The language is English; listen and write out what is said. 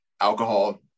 alcohol